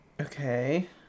Okay